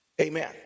Amen